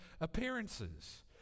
appearances